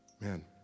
man